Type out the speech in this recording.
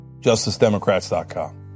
Justicedemocrats.com